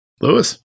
Lewis